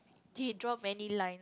he draw many line